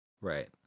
Right